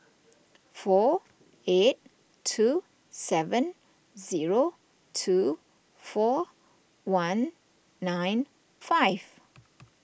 four eight two seven zero two four one nine five